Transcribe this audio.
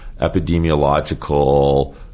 epidemiological